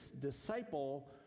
disciple